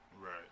Right